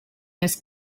this